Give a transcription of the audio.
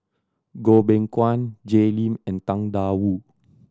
Goh Beng Kwan Jay Lim and Tang Da Wu